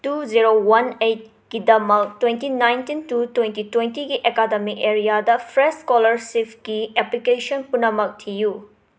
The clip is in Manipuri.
ꯇꯨ ꯖꯤꯔꯣ ꯋꯥꯟ ꯑꯩꯠꯀꯤꯗꯃꯛ ꯇ꯭ꯋꯦꯟꯇꯤ ꯅꯥꯏꯟꯇꯤꯟ ꯇꯨ ꯇ꯭ꯋꯦꯟꯇꯤ ꯇ꯭ꯋꯦꯟꯇꯤꯒꯤ ꯑꯦꯀꯥꯗꯃꯤꯛ ꯑꯦꯔꯤꯌꯥꯗ ꯐ꯭ꯔꯦꯁ ꯁ꯭ꯀꯣꯂꯔꯁꯤꯞꯀꯤ ꯑꯦꯄ꯭ꯂꯤꯀꯦꯁꯟ ꯄꯨꯅꯃꯛ ꯊꯤꯌꯨ